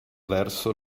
verso